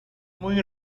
muy